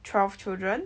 twelve children